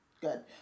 good